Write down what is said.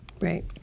Right